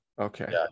Okay